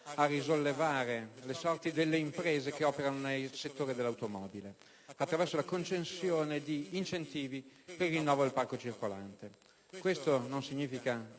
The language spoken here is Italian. a risollevare le sorti delle imprese che operano nel settore dell'automobile, attraverso la concessione di incentivi per il rinnovo del parco circolante. Questo non significa